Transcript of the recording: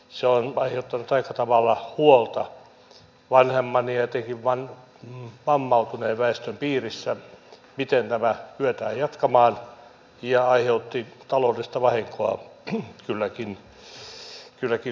se on aiheuttanut aika tavalla huolta vanhemman ja etenkin vammautuneen väestön piirissä miten tätä kyetään jatkamaan ja aiheutti taloudellista vahinkoa kylläkin kuntoutuslaitoksille